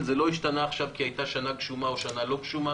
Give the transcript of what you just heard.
הבנתי שמשרד הבריאות לא מאשר יותר מכמה דונמים בודדים לחלק מהחקלאים.